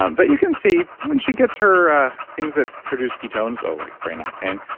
um but you can see when she gets her things that produce ketones or like brain octane,